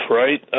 right